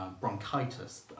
bronchitis